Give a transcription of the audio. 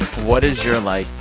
what is your, like,